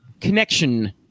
connection